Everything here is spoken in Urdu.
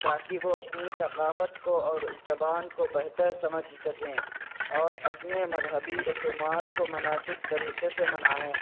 تاکہ وہ اپنی ثقافت کو اور زبان کو بہتر سمجھ سکیں اور اپنے مذہبی رسومات کو مناسب طریقے سے منائیں